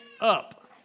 up